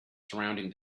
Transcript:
surrounding